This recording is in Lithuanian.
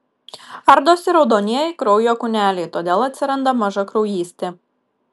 ardosi raudonieji kraujo kūneliai todėl atsiranda mažakraujystė